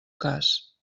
cas